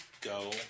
go